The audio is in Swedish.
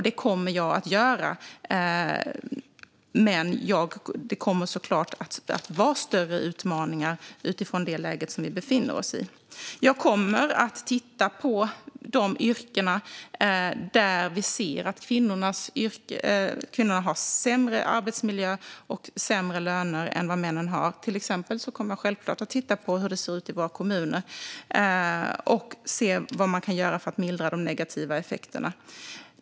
Det kommer jag att göra, men det kommer såklart att vara större utmaningar utifrån det läge vi befinner oss i. Jag kommer att titta på de yrken där kvinnor har sämre arbetsmiljö och sämre löner än vad män har och se vad man kan göra för att mildra de negativa effekterna. Det gäller till exempel självklart hur det ser ut i kommunerna.